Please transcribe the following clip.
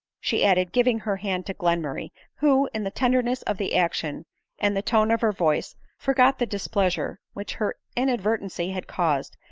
she added, giving her hand to glenmurray who, in the tenderness of the action and the tone of her voice, forgot the dis pleasure which her inadvertancy had caused,